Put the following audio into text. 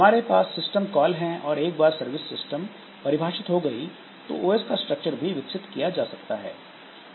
हमारे पास system call हैं और एक बार सिस्टम सर्विस परिभाषित हो गई तो OS का स्ट्रक्चर भी विकसित किया जा सकता है